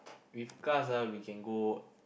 with cars ah we can go